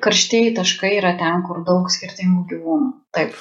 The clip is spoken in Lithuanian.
karštieji taškai yra ten kur daug skirtingų gyvūnų taip